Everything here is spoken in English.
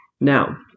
Now